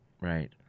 right